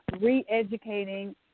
re-educating